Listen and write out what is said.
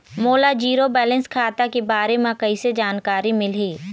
मोला zero balance खाता के बारे म कैसे जानकारी मिलही?